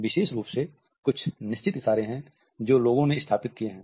विशेष रूप से कुछ निश्चित इशारे हैं जो लोगों ने स्थापित किये हैं